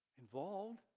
Involved